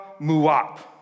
muap